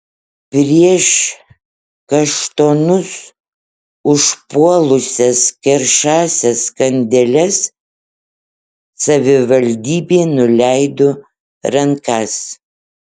prieš kaštonus užpuolusias keršąsias kandeles savivaldybė nuleido rankas